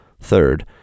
Third